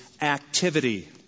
activity